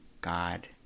God